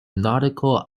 nautical